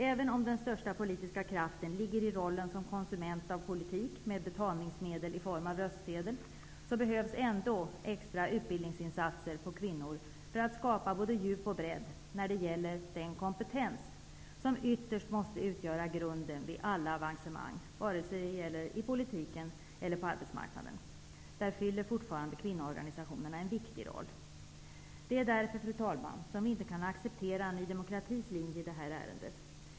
Även om den största politiska kraften ligger i rollen som konsument av politik med betalningsmedel i form av röstsedel behövs ändå extra utbildningssatsningar på kvinnor för att skapa både djup och bredd när det gäller den kompetens som ytterst måste utgöra grunden för alla avancemang både i politiken och på arbetsmarknaden. Där fyller fortfarande kvinnoorgansationerna en viktig uppgift. Det är därför, fru talman, som vi inte kan acceptera Ny demokratis linje i detta ärende.